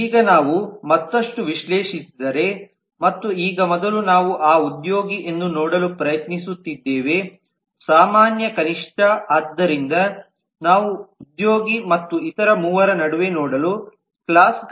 ಈಗ ನಾವು ಮತ್ತಷ್ಟು ವಿಶ್ಲೇಷಿಸಿದರೆ ಮತ್ತು ಈಗ ಮೊದಲೇ ನಾವು ಆ ಉದ್ಯೋಗಿ ಎಂದು ನೋಡಲು ಪ್ರಯತ್ನಿಸುತ್ತಿದ್ದೇವೆ ಸಾಮಾನ್ಯ ಕನಿಷ್ಠ ಆದ್ದರಿಂದ ನಾವು ಉದ್ಯೋಗಿ ಮತ್ತು ಇತರ ಮೂವರ ನಡುವೆ ನೋಡಲು ಪ್ರಯತ್ನಿಸುತ್ತಿದ್ದೇವೆ ಕ್ಲಾಸ್ಗಳು